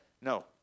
No